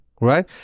right